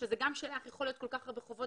שזה גם שאלה איך יכול להיות כל כך הרבה חובות,